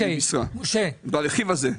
ברכיב הזה.